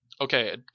okay